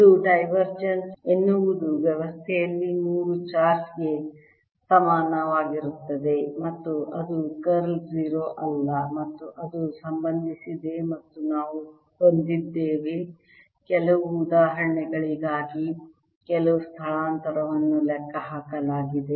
ಇದು ಡೈವರ್ಜೆನ್ಸ್ ಎನ್ನುವುದು ವ್ಯವಸ್ಥೆಯಲ್ಲಿ ಮೂರು ಚಾರ್ಜ್ ಗೆ ಸಮಾನವಾಗಿರುತ್ತದೆ ಮತ್ತು ಅದು ಕರ್ಲ್ 0 ಅಲ್ಲ ಮತ್ತು ಅದು ಸಂಬಂಧಿಸಿದೆ ಮತ್ತು ನಾವು ಹೊಂದಿದ್ದೇವೆ ಕೆಲವು ಉದಾಹರಣೆಗಳಿಗಾಗಿ ಕೆಲವು ಸ್ಥಳಾಂತರವನ್ನು ಲೆಕ್ಕಹಾಕಲಾಗಿದೆ